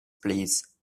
please